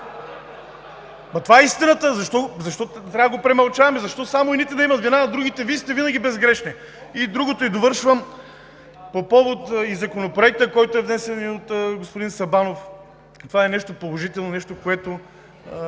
това е истината! Защо трябва да го премълчаваме? Защо само едните да имат вина, а другите – Вие сте винаги безгрешни? И другото, и довършвам. По повод на Законопроекта, който е внесен и от господин Сабанов – това е нещо положително, нещо което